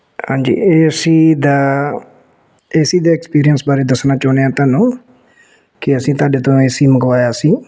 ਹਾਂਜੀ ਇਹ A C ਦਾ ਏ ਸੀ ਦੇ ਐਕਸਪੀਰੀਅੰਸ ਬਾਰੇ ਦੱਸਣਾ ਚਾਹੁੰਦੇ ਹਾਂ ਤੁਹਾਨੂੰ ਕਿ ਅਸੀਂ ਤੁਹਾਡੇ ਤੋਂ ਏ ਸੀ ਮੰਗਵਾਇਆ ਸੀ